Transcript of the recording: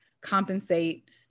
compensate